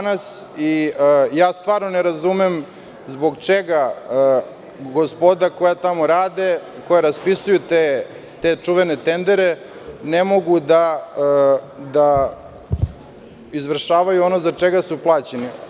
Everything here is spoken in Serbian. Ne razumem stvarno zbog čega gospoda koja tamo rade i koja raspisuju te čuvene tendere, ne mogu da izvršavaju ono za šta su plaćeni.